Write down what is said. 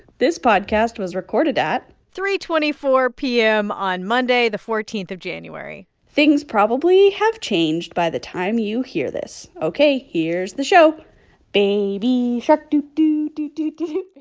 this podcast was recorded at. three twenty four p m. on monday, the fourteen of january things probably have changed by the time you hear this. ok. here's the show baby shark, doo-doo-doo-doo-doo.